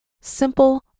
Simple